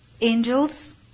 angels